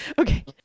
Okay